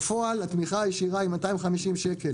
בפועל, התמיכה הישירה היא 250 שקל,